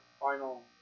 final